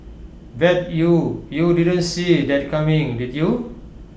bet you you didn't see that coming did you